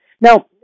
Now